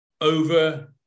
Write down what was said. over